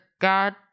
god